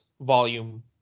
volume